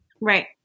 Right